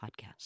podcast